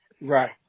Right